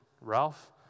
Ralph